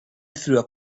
through